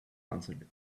answered